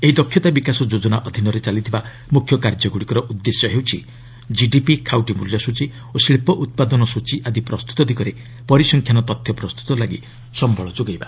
ଏହି ଦକ୍ଷତା ବିକାଶ ଯୋଜନା ଅଧୀନରେ ଚାଲିଥିବା ମୁଖ୍ୟ କାର୍ଯ୍ୟଗୁଡ଼ିକର ଉଦ୍ଦେଶ୍ୟ ହେଉଛି କିଡିପି ଖାଉଟି ମୂଲ୍ୟସ୍ଟଚୀ ଓ ଶିଳ୍ପ ଉତ୍ପାଦନ ସୂଚୀ ଆଦି ପ୍ରସ୍ତୁତ ଦିଗରେ ପରିସଂଖ୍ୟାନ ତଥ୍ୟ ପ୍ରସ୍ତତ ଲାଗି ସମ୍ଘଳ ଯୋଗାଇବା